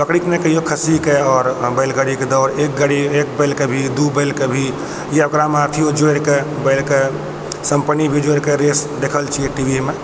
बकरी कऽ नहि कहियौ खस्सी कऽ आओर बैलगाड़ी के दौड़ एक गाड़ी एक बैल कऽ भी दू बैल कऽ भी या ओकरा मे अथियो जोड़ि कऽ बैल कऽ सम्पनी भी जोड़ि कऽ रेस देखल छियै टीवी मे